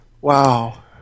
Wow